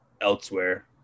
elsewhere